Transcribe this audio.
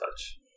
touch